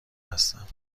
هستم